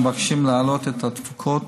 מבקשים להעלות את התפוקות